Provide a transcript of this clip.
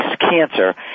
cancer